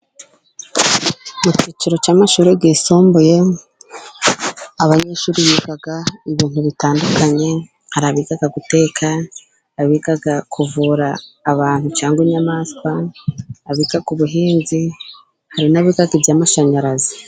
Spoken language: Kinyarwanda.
Mu cyiciro cya mashuri yisumbuye abanyeshuri biga ibintu bitandukanye, hari abiga guteka, abiga kuvura abantu cyangwa inyamaswa, abiga ku buhinzi, hari n'abiga iby'amashanyarazi.